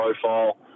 profile